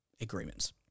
agreements